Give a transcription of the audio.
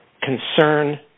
concern